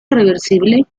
reversible